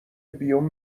بیوم